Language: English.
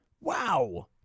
Wow